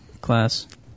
class